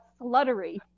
sluttery